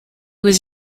was